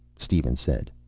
steven said.